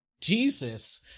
jesus